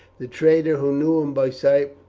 the trader, who knew him by sight,